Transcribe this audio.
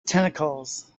tentacles